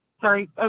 Sorry